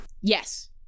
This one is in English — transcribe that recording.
Yes